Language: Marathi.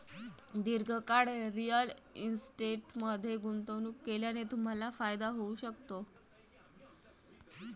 दीर्घकाळ रिअल इस्टेटमध्ये गुंतवणूक केल्याने तुम्हाला फायदा होऊ शकतो